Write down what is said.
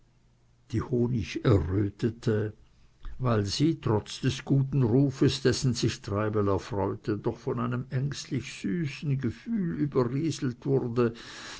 die honig errötete weil sie trotz des guten rufes dessen sich treibel erfreute doch von einem ängstlich süßen gefühl überrieselt wurde